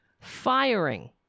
firing